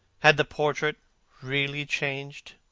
had the portrait really changed?